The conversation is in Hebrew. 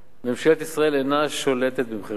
ממשלת ישראל אינה שולטת במחירי הדלק.